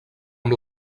amb